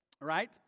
Right